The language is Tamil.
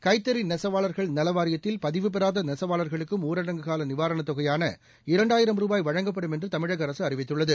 கைத்தறி நெசவாளர்கள் நலவாரியத்தில் பதிவுபெறாத நெசவாளர்களுக்கும் ஊரடங்குகால நிவாரண தொகையான இரண்டாயிரம் ருபாய் வழங்கப்படும் என்று தமிழக அரசு அறிவித்துள்ளது